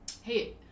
Hey